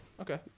okay